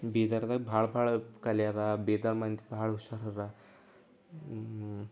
ಬೀದರ್ದಾಗ ಭಾಳ ಭಾಳ ಕಲೆ ಅದ ಬೀದರ್ ಮಂದಿ ಭಾಳ ಹುಷಾರು ಅವ್ರ ಹ್ಞೂ